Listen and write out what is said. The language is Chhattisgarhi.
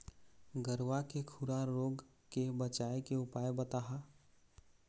गरवा के खुरा रोग के बचाए के उपाय बताहा?